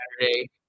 Saturday